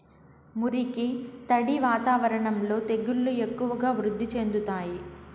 మురికి, తడి వాతావరణంలో తెగుళ్లు ఎక్కువగా వృద్ధి చెందుతాయి